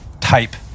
type